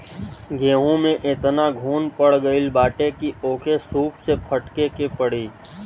गेंहू में एतना घुन पड़ गईल बाटे की ओके सूप से फटके के पड़ी